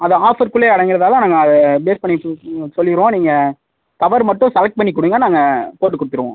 அது ஆஃபருக்குள்ளே அடங்குகிறதால நாங்கள் அதை பேஸ் பண்ணி சொல்லிடுவோம் நீங்கள் கவர் மட்டும் செலக்ட் பண்ணி கொடுங்க நாங்கள் போட்டு கொடுத்துருவோம்